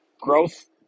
Growth